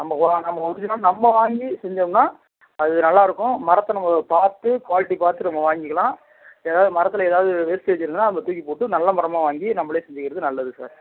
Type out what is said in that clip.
நம்ம ஒ நம்ம ஒரிஜினலாக நம்ம வாங்கி செஞ்சோம்னா அது நல்லா இருக்கும் மரத்தை நம்ம பார்த்து குவாலிட்டி பார்த்து நம்ம வாங்கிக்கலாம் இப்போ ஏதாவது மரத்தில் ஏதாவது வேஸ்ட்டேஜ் இருந்துதுனால் நம்ம தூக்கிப் போட்டு நல்ல மரமாக வாங்கி நம்மளே செஞ்சுக்கிறது நல்லது சார்